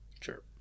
Sure